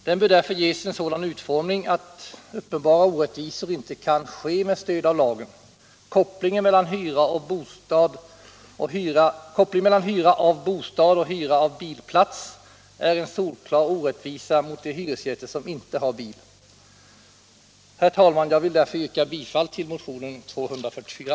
Den bör därför ges en sådan utformning att uppenbara orättvisor inte kan ske med stöd av lagen. Kopplingen mellan hyra av bostad och hyra av bilplats är en solklar orättvisa mot de hyresgäster som inte har bil. Herr talman! Jag yrkar bifall till motionen 1976/77:244.